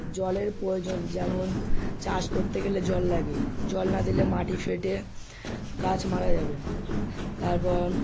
জলের প্রয়োজন যেমন চাষ করতে গেলে জল লাগে জল না দিলে মাটি ফেটে গাছ মারা যাবে তারপর